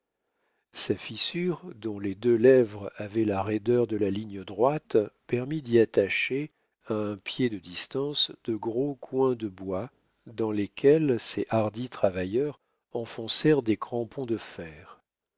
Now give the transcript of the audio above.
sa fissure dont les deux lèvres avaient la roideur de la ligne droite permit d'y attacher à un pied de distance de gros coins de bois dans lesquels ces hardis travailleurs enfoncèrent des crampons de fer